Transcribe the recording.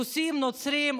רוסים נוצרים,